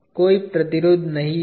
कोई प्रतिरोध नहीं है